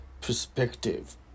perspective